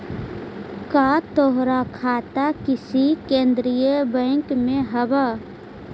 का तोहार खाता किसी केन्द्रीय बैंक में हव